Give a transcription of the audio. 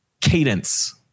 cadence